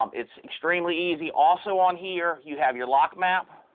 um it's extremely easy. also on here you have your lock map,